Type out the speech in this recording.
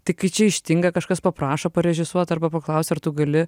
tai kai čia ištinka kažkas paprašo parežisuot arba paklausia ar tu gali